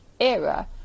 era